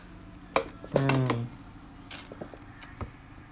mm